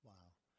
Wow